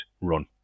run